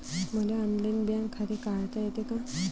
मले online bank खाते काढता येते का?